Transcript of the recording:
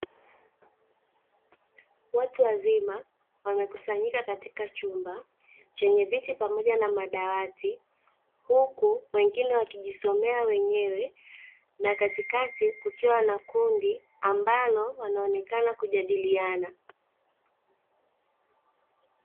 Watu wazima wamekusanyika katika chumba chenye viti pamoja na madawati, huku wengine wakijisoma wenyewe na katikati kukiwa na kundi ambalo wanaonekana kujadiliana.